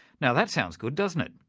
now that sounds good, doesn't it?